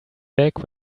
back